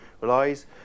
relies